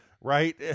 right